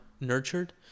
nurtured